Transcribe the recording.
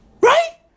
Right